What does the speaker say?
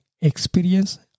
experience